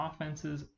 offense's